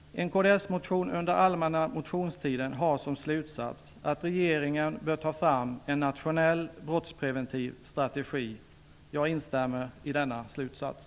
En kds-motion under den allmänna motionstiden har som slutsats att regeringen bör ta fram en nationell brottspreventiv strategi. Jag instämmer i denna slutsats.